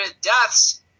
deaths